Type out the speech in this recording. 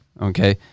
okay